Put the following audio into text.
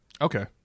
Okay